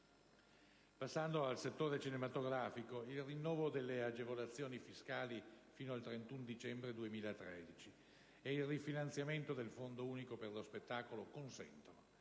Passando al settore cinematografico, il rinnovo delle agevolazioni fiscali fino al 31 dicembre 2013 ed il rifinanziamento del Fondo unico per lo spettacolo consentono